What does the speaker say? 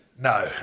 no